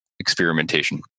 Experimentation